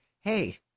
Hey